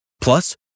Plus